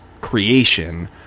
creation